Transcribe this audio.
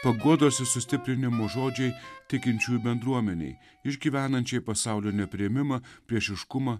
paguodos ir sustiprinimo žodžiai tikinčiųjų bendruomenei išgyvenančiai pasaulio nepriėmimą priešiškumą